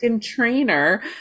trainer